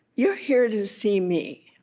you're here to see me.